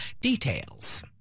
details